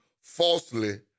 falsely